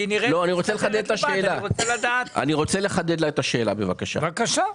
אני רוצה לחדד את השאלה, בבקשה.